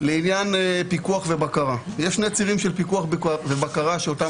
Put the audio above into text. לעניין פיקוח ובקרה יש שני צירים של פיקוח ובקרה שאותם